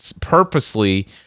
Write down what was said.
purposely